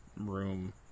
room